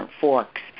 forks